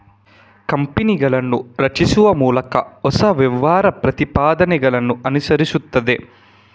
ಕಂಪನಿಗಳನ್ನು ರಚಿಸುವ ಮೂಲಕ ಹೊಸ ವ್ಯಾಪಾರ ಪ್ರತಿಪಾದನೆಗಳನ್ನು ಅನುಸರಿಸುತ್ತದೆ